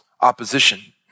opposition